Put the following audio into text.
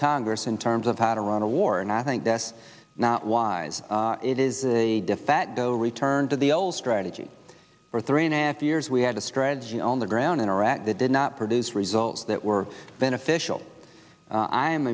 congress in terms of how to run a war and i think that's not wise it is a defacto return to the old strategy for three and a half years we had a strategy on the ground in iraq that did not produce results that were beneficial